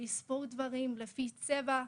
לספור דברים לפי צבע.